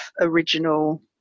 original